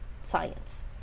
science